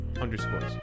underscores